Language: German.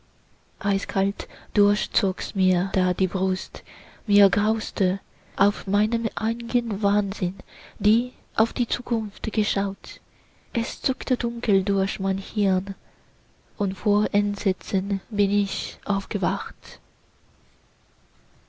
eiskalt durchzogs mir da die brust mir grauste ob meinem eignen wahnsinn der die zukunft geschaut es zuckte dunkel durch mein hirn und vor entsetzen bin ich aufgewacht